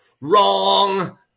Wrong